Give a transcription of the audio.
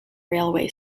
railway